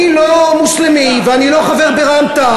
אני לא מוסלמי ואני לא חבר ברע"ם-תע"ל,